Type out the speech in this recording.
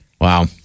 Wow